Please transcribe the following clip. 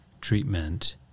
treatment